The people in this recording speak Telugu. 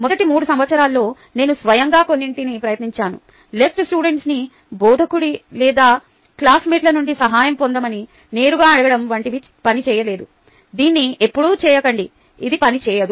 మొదటి 3 సంవత్సరాల్లో నేను స్వయంగా కొన్నింటిని ప్రయత్నించాను లెఫ్ట్ స్టూడెంట్స్ని బోధకుడు లేదా క్లాస్మేట్స్ నుండి సహాయం పొందమని నేరుగా అడగడం వంటివి పని చేయలేదు దీన్ని ఎప్పుడూ చేయకండి ఇది పనిచేయదు